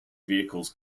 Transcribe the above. vehicles